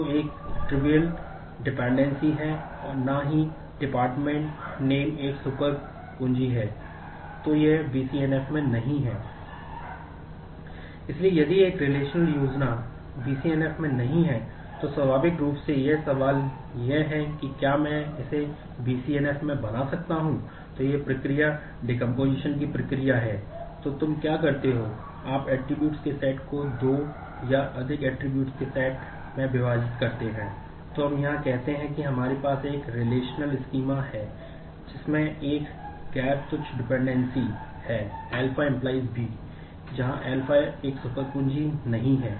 तो यह BCNF में नहीं है